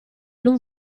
non